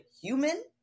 human